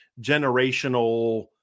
generational